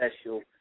special